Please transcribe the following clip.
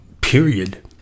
period